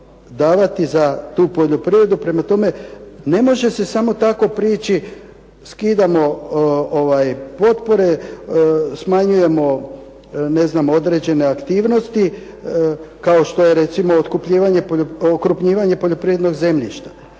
davati za tu poljoprivredu. Prema tome, ne može se samo tako prići skidamo potpore, smanjujemo određene aktivnosti, kao što je recimo okrupnjivanje poljoprivrednog zemljišta.